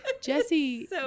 Jesse